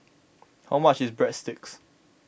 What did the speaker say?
how much is Breadsticks